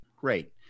great